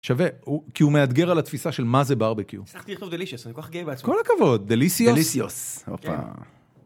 שווה, כי הוא מאתגר על התפיסה של מה זה ברבקיו. צריך להכתוב delicious, אני כל כך גאה בעצמי. כל הכבוד, delicious.